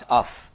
off